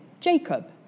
Jacob